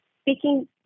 speaking